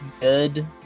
good